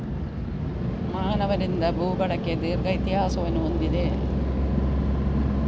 ಮಾನವರಿಂದ ಭೂ ಬಳಕೆ ದೀರ್ಘ ಇತಿಹಾಸವನ್ನು ಹೊಂದಿದೆ